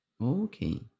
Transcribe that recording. Okay